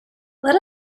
let